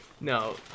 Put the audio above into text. No